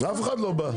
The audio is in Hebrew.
אף אחד לא בא.